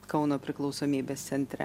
kauno priklausomybės centre